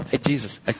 Jesus